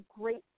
great